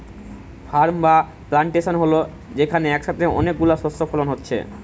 farm বা plantation হল যেখানে একসাথে অনেক গুলো শস্য ফলন হচ্ছে